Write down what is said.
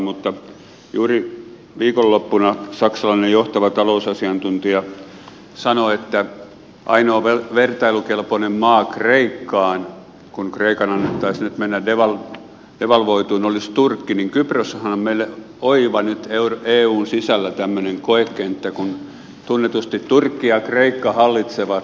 mutta kun juuri viikonloppuna saksalainen johtava talousasiantuntija sanoi että ainoa kreikkaan vertailukelpoinen maa kun kreikan annettaisiin nyt mennä devalvoitumaan olisi turkki niin kyproshan on meille nyt eun sisällä tämmöinen oiva koekenttä kun tunnetusti turkki ja kreikka hallitsevat kyprosta